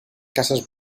casas